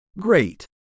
Great